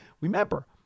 remember